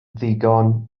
ddigon